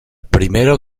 primero